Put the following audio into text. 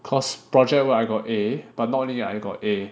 cause project work I got A but not only I got A